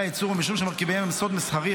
הייצור ומשום שמרכיביהם הם סוד מסחרי,